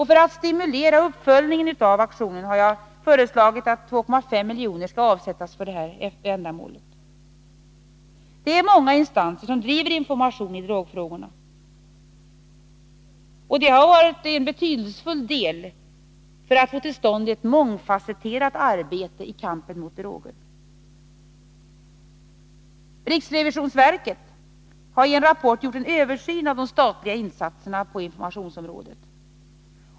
För att stimulera till uppföljning av aktionen har jag föreslagit att 2,5 milj.kr. skall avsättas till detta ändamål. 157 Många instanser bedriver information i drogfrågorna. Det har varit en betydelsefull del när det gällt att få till stånd ett mångfasetterat arbete i kampen mot droger. Riksrevisionsverket har i en rapport gjort en översyn av de statliga insatserna på informationsområdet.